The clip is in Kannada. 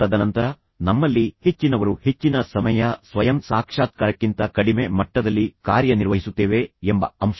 ತದನಂತರ ನಮ್ಮಲ್ಲಿ ಹೆಚ್ಚಿನವರು ಹೆಚ್ಚಿನ ಸಮಯ ಸ್ವಯಂ ಸಾಕ್ಷಾತ್ಕಾರಕ್ಕಿಂತ ಕಡಿಮೆ ಮಟ್ಟದಲ್ಲಿ ಕಾರ್ಯನಿರ್ವಹಿಸುತ್ತೇವೆ ಎಂಬ ಅಂಶವನ್ನೂ ಅವರು ಹೇಳುತ್ತಾರೆ